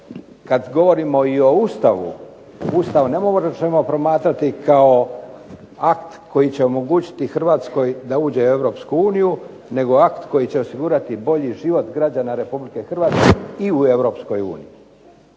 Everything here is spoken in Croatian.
kada govorimo i o Ustavu, Ustav ne možemo promatrati kao akt koji će omogućiti Hrvatskoj da uđe u Europsku uniju, nego akt koji će osigurati bolji život građana Republike Hrvatske i u Europskoj uniji.